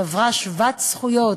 חברה שוות זכויות,